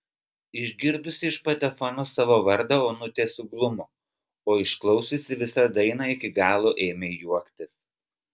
išgirdusi iš patefono savo vardą onutė suglumo o išklausiusi visą dainą iki galo ėmė juoktis